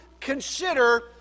consider